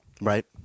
Right